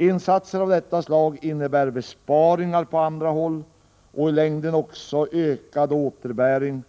Insatser av detta slag innebär besparingar på andra håll och i längden också ökad återbäring